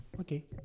okay